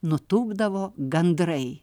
nutūpdavo gandrai